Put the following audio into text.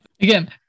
Again